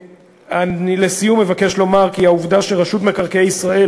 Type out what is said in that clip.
אני לסיום מבקש לומר כי למרות העובדה שרשות מקרקעי ישראל